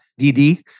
DD